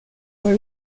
fue